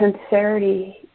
sincerity